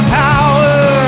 power